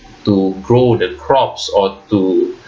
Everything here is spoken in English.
to grow the crops or to